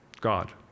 God